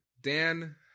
Dan